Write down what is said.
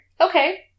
Okay